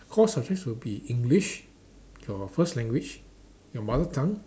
core subjects would be English your first language your mother tongue